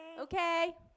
okay